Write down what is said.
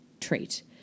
trait